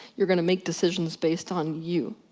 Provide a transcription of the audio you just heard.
you're gonna make decisions based on you.